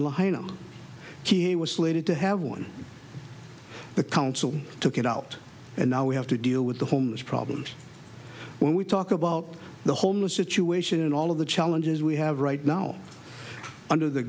were slated to have on the council took it out and now we have to deal with the homeless problems when we talk about the homeless situation and all of the challenges we have right now under the